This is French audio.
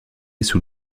sous